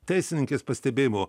teisininkės pastebėjimu